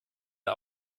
der